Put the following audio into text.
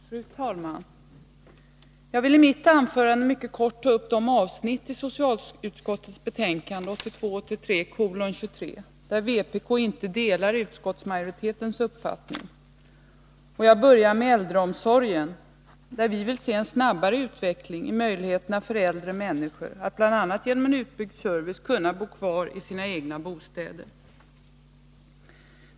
Fru talman! Jag vill i mitt anförande mycket kortfattat ta upp de avsnitt i socialutskottets betänkande 1982/83:23, där vpk inte delar utskottsmajoritetens uppfattning. Jag börjar med äldreomsorgen, där vi vill se en snabbare utveckling när det gäller möjligheterna för äldre människor att bl.a. genom en utbyggd service kunna bo kvar i sina egna bostäder.